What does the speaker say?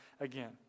again